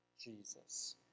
Jesus